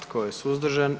Tko je suzdržan?